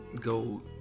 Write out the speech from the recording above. go